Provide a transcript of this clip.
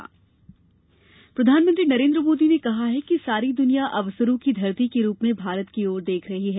प्रधानमंत्री प्रधानमंत्री नरेन्द्र मोदी ने कहा है कि सारी दुनिया अवसरों की धरती के रूप में भारत की ओर देख रही है